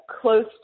close